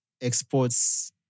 exports